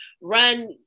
run